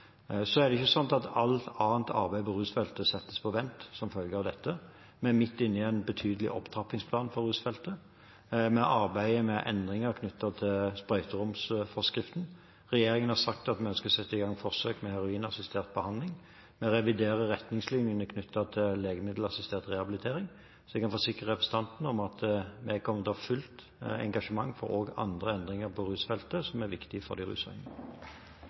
Så er det ikke slik at alt annet arbeid på rusfeltet settes på vent som følge av dette. Vi er midt inne i en betydelig opptrappingsplan for rusfeltet. Vi arbeider med endringer knyttet til sprøyteromsforskriften. Regjeringen har sagt at vi ønsker å sette i gang forsøk med heroinassistert behandling. Vi reviderer retningslinjene knyttet til legemiddelassistert rehabilitering. Så jeg kan forsikre representanten om at vi kommer til å ha fullt engasjement også for andre endringer på rusfeltet som er viktig for de